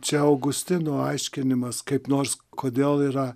čia augustino aiškinimas kaip nors kodėl yra